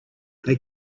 they